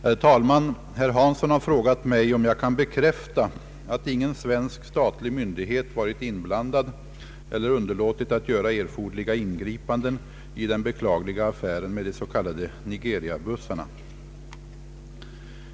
Herr talman! Herr Hansson har frågat mig om jag kan bekräfta att ingen svensk statlig myndighet varit inblandad eller underlåtit att göra erforderliga ingripanden i den beklagliga affären med de s.k. Nigeriabussarna.